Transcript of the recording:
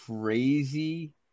crazy